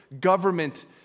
government